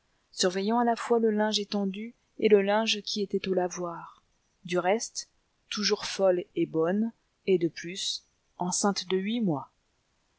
surveillant à la fois le linge étendu et le linge qui était au lavoir du reste toujours folle et bonne et de plus enceinte de huit mois